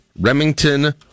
Remington